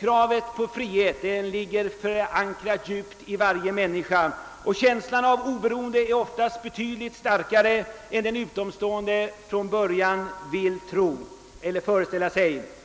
Kravet på frihet ligger förankrat djupt i varje människa, och känslan av oberoende är ofta betydligt starkare än en utomstående från början vill föreställa sig.